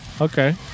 Okay